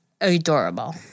adorable